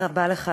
בבקשה.